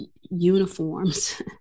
uniforms